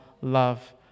love